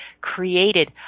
created